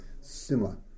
similar